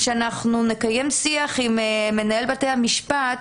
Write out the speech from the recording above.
שאנחנו נקיים שיח עם מנהל בתי המשפט,